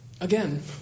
again